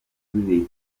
kuri